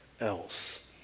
else